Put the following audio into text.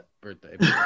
birthday